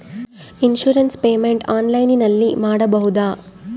Insurance payment ಆನ್ಲೈನಿನಲ್ಲಿ ಮಾಡಬಹುದಾ?